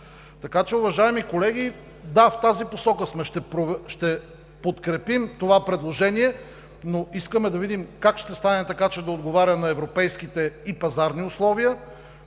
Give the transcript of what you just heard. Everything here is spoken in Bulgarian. Така че, уважаеми колеги, да, в тази посока сме! Ще подкрепим това предложение, но искаме да видим как ще стане така, че да отговаря на европейските и пазарните условия,